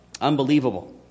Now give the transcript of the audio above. unbelievable